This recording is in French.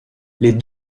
les